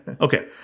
Okay